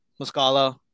Muscala